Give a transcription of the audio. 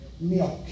milk